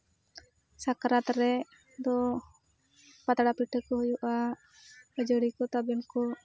ᱥᱟᱠᱨᱟᱛ ᱨᱮ ᱫᱚ ᱞᱮ ᱯᱟᱛᱲᱟ ᱯᱤᱴᱷᱟᱹ ᱠᱚ ᱦᱩᱭᱩᱜᱼᱟ ᱠᱷᱟᱹᱡᱟᱹᱲᱤ ᱠᱚ ᱛᱟᱵᱮᱱ ᱠᱚ